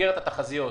במסגרת התחזיות.